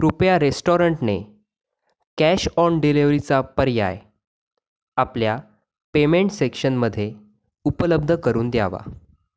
कृपया रेस्टॉरंटने cash on डिलिव्हरीचा पर्याय आपल्या पेमेंट सेक्शनमध्ये उपलब्ध करून द्यावा